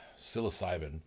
psilocybin